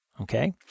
Okay